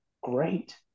great